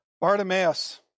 Bartimaeus